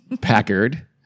Packard